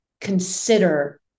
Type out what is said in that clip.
consider